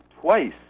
twice